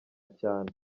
cyane